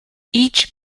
each